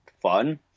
fun